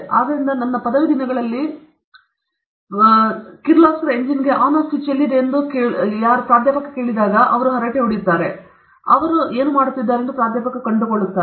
ಆದ್ದರಿಂದ ನನ್ನ ಪದವಿ ದಿನಗಳಲ್ಲಿ ಗಿಂಡಿ ಎಂಜಿನಿಯರಿಂಗ್ ಕಾಲೇಜಿನಲ್ಲಿ ಪ್ರಾಧ್ಯಾಪಕ ವಿವಾದಲ್ಲಿ ಕಿರ್ಲೋಸ್ಕರ್ ಎಂಜಿನ್ಗೆ ಆನ್ ಆಫ್ ಸ್ವಿಚ್ ಎಲ್ಲಿದೆ ಎಂದು ಅವನು ಹೇಳುತ್ತಾನೆ ಅವರು ಯಾರು ಚಾಟ್ ಮಾಡುತ್ತಿದ್ದಾರೆ ಮತ್ತು ಅದನ್ನು ಯಾರು ಮಾಡುತ್ತಿದ್ದಾರೆಂದು ಕಂಡುಕೊಳ್ಳುತ್ತಾರೆ